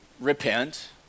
repent